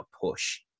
push